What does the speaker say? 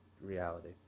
reality